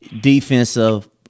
defensive